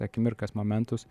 akimirkas momentus